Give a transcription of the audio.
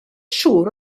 siŵr